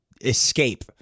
escape